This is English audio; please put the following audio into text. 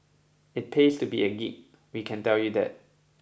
it pays to be a geek we can tell you that